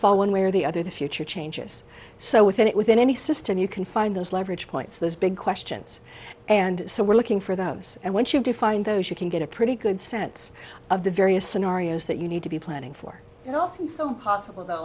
they one way or the other the future changes so within it within any system you can find those leverage points those big questions and so we're looking for those and once you do find those you can get a pretty good sense of the various scenarios that you need to be planning for and also possible though